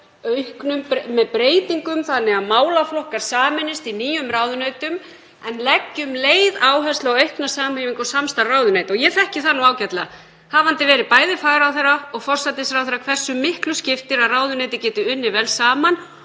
samlegð með breytingum þannig að málaflokkar sameinist í nýjum ráðuneytum en leggja um leið áherslu á aukna samhæfingu og samstarf ráðuneyta. Ég þekki það ágætlega, hafandi verið bæði fagráðherra og forsætisráðherra, hversu miklu skiptir að ráðuneyti geti unnið vel saman